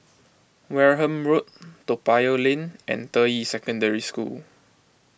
Wareham Road Toa Payoh Lane and Deyi Secondary School